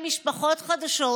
הפגנות זה חשוב,